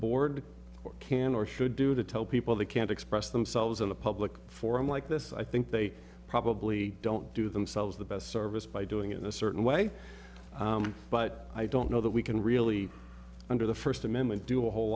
board can or should do to tell people they can't express themselves in a public forum like this i think they probably don't do themselves the best service by doing it in a certain way but i don't know that we can really under the first amendment do a whole